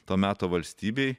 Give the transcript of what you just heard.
to meto valstybei